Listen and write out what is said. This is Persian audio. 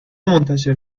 منتشر